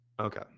Okay